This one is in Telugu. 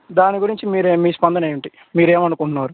దాని గురించి మీరు మీ స్పందన ఏంటి మీరు ఏమి అనుకుంటున్నారు